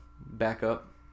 backup